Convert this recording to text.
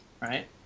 right